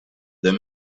that